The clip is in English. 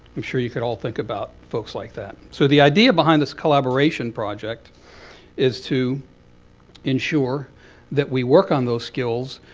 i'm sure you can all think about folks like that. so the idea behind this collaboration project is to ensure that we work on those skills,